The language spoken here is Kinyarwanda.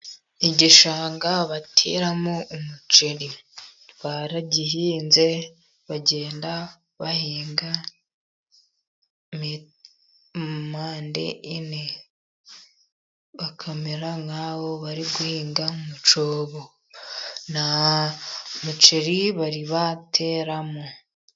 Igishanga bateramo umuceri, baragihinze bagenda bahinga mpande enye, bakamera nk'aho bari guhinga mu cyobo, nta muceri bari bateramo.